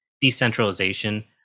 decentralization